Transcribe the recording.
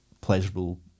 pleasurable